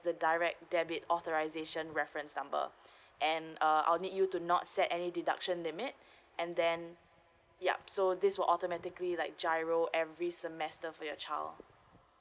the direct debit authorisation reference number and uh I will need you to not set any deduction limit and then yup so this will automatically like giro every semester for your child